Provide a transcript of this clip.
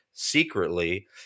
secretly